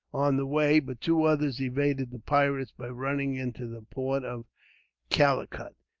on the way, but two others evaded the pirates, by running into the port of calicut.